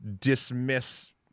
dismiss